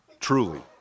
truly